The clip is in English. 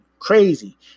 Crazy